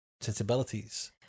sensibilities